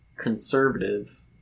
conservative